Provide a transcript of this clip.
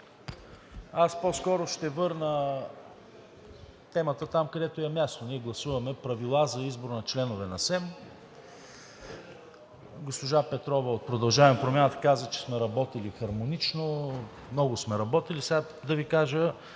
Аз по-скоро ще върна темата там, където ѝ е мястото – ние гласуваме Правила за избор на членове на СЕМ. Госпожа Петрова от „Продължаваме Промяната“ каза, че сме работили хармонично, много сме работили.